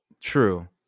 True